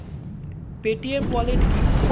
Paytm wallet কি?